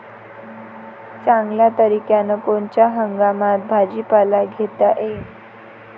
चांगल्या तरीक्यानं कोनच्या हंगामात भाजीपाला घेता येईन?